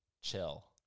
chill